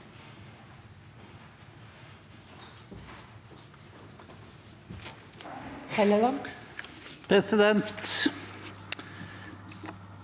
Presidenten